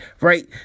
Right